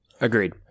agreed